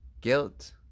guilt